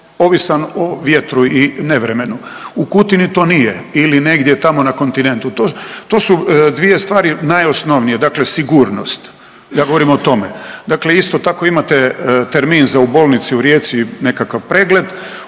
ovisan o vjetru i nevremenu, u Kutini to nije ili negdje tamo na kontinentu. To, to su dvije stvari najosnovnije, dakle sigurnost, ja govorim o tome. Dakle isto tako imate termin za u bolnici u Rijeci nekakav pregled,